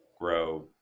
grow